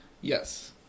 Yes